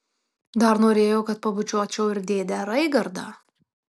dar norėjo kad pabučiuočiau ir dėdę raigardą